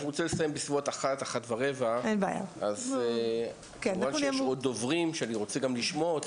אנחנו רוצים לסיים בסביבות 13:15 ויש עוד דוברים שאני רוצה לשמוע.